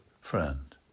friend